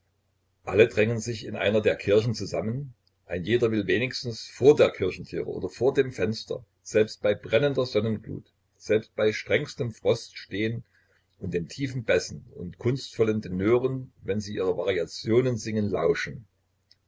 alle drängen sich in einer der kirchen zusammen ein jeder will wenigstens vor der kirchentüre oder vor dem fenster selbst bei brennender sonnenglut selbst bei strengstem frost stehen und den tiefen bässen und kunstvollen tenören wenn sie ihre variationen singen lauschen